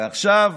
ועכשיו,